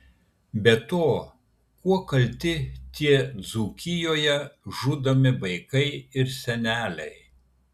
be to kuo kalti tie dzūkijoje žudomi vaikai ir seneliai